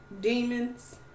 demons